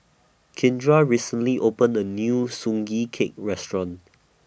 Kindra recently opened A New Sugee Cake Restaurant